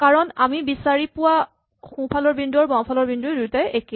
কাৰণ আমি বিচাৰি পোৱা সোঁফালৰ বিন্দু আৰু বাঁওফালৰ বিন্দু দুয়োটা একেই